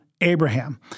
Abraham